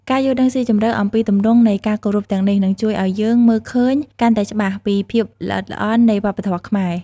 ការយល់ដឹងស៊ីជម្រៅអំពីទម្រង់នៃការគោរពទាំងនេះ នឹងជួយឲ្យយើងមើលឃើញកាន់តែច្បាស់ពីភាពល្អិតល្អន់នៃវប្បធម៌ខ្មែរ។